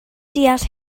deall